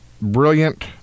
brilliant